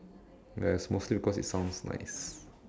ya it's mostly because it sounds nice